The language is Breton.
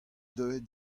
deuet